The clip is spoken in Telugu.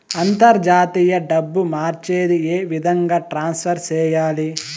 అంతర్జాతీయ డబ్బు మార్చేది? ఏ విధంగా ట్రాన్స్ఫర్ సేయాలి?